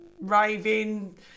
raving